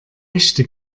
echte